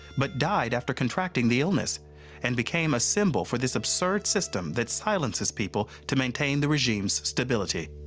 but died after contracting the illness and became a symbol for this absurd system that silences people to maintain the regime's stability.